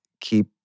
keep